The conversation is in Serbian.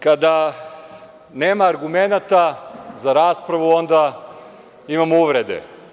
Kada nema argumenata za raspravu onda imamo uvrede.